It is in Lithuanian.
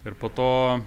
ir po to